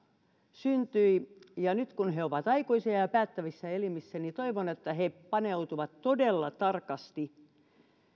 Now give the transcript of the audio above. syntyi ja nyt kun he ovat aikuisia ja ja päättävissä elimissä niin toivon että he paneutuvat todella tarkasti